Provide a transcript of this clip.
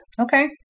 Okay